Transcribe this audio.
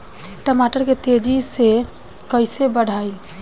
टमाटर के तेजी से कइसे बढ़ाई?